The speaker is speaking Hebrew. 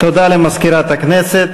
תודה למזכירת הכנסת.